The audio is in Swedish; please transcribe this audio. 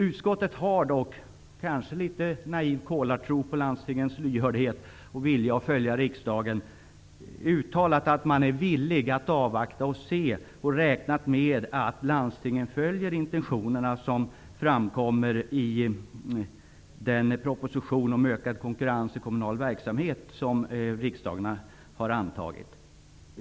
Utskottet har i en kanske litet naiv kolartro på landstingens lyhördhet och vilja att följa riksdagen uttalat att man är villig att avvakta och se och man räknar med att landstingen följer intentionerna i propositionen om ökad konkurrens i kommunal verksamhet som riksdagen har antagit.